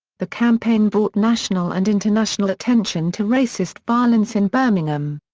the campaign brought national and international attention to racist violence in birmingham.